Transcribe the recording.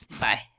Bye